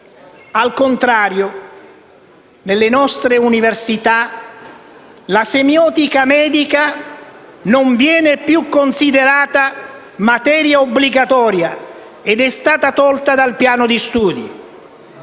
Al contrario, nelle nostre università la semeiotica medica non viene più considerata materia obbligatoria ed è stata tolta dal piano di studi.